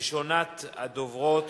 ראשונת הדוברים,